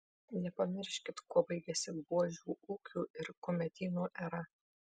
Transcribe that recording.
nepamirškit kuo baigėsi buožių ūkių ir kumetynų era